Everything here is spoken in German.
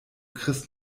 chris